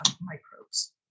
microbes